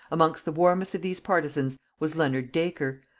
amongst the warmest of these partisans was leonard dacre,